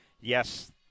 yes